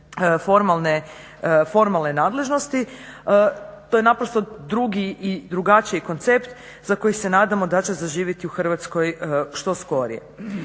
formalne nadležnosti. To je drugi i drugačiji koncept za koji se nadamo da će zaživjeti u Hrvatskoj što skorije.